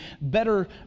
better